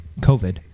COVID